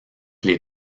les